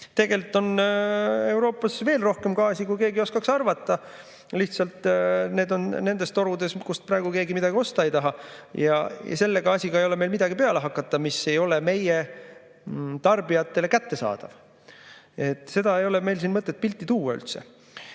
Tegelikult on Euroopas veel rohkem gaasi, kui keegi oskaks arvata, lihtsalt see on nendes torudes, kust praegu keegi midagi osta ei taha. Aga meil ei ole midagi peale hakata selle gaasiga, mis ei ole meie tarbijatele kättesaadav. Seda ei ole siin mõtet pilti tuua üldse. Meil,